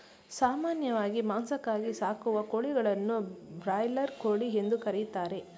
ಸಾಮಾನ್ಯವಾಗಿ ಮಾಂಸಕ್ಕಾಗಿ ಸಾಕುವ ಕೋಳಿಗಳನ್ನು ಬ್ರಾಯ್ಲರ್ ಕೋಳಿ ಎಂದು ಕರಿತಾರೆ